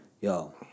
Yo